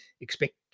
expect